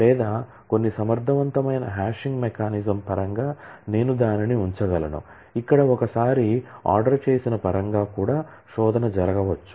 లేదా కొన్ని సమర్థవంతమైన హాషింగ్ మెకానిజం పరంగా నేను దానిని ఉంచగలను ఇక్కడ ఒక సారి ఆర్డర్ చేసిన పరంగా కూడా శోధన జరగవచ్చు